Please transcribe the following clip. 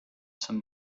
some